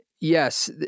Yes